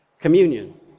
communion